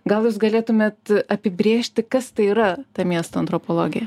gal jūs galėtumėt apibrėžti kas tai yra ta miesto antropologija